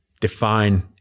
define